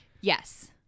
Yes